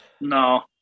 No